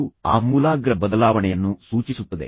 ಇದು ಆಮೂಲಾಗ್ರ ಬದಲಾವಣೆಯನ್ನು ಸೂಚಿಸುತ್ತದೆ